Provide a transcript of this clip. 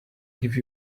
give